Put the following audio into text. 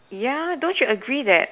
ya don't you agree that